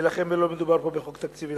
ולכן לא מדובר פה בחוק תקציבי.